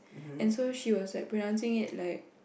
and so she was like pronouncing it like